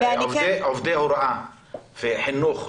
עובדי הוראה וחינוך,